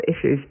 issues